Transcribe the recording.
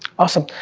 awesome,